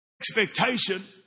Expectation